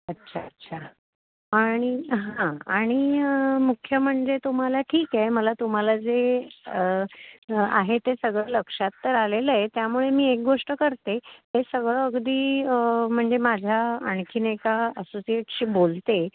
अच्छा अच्छा आणि हां आणि मुख्य म्हणजे तुम्हाला ठीक आहे मला तुम्हाला जे आहे ते सगळं लक्षात तर आलेलं आहे त्यामुळे मी एक गोष्ट करते हे सगळं अगदी म्हणजे माझ्या आणखीन एका असोसिएटशी बोलते